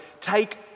take